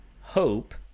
hope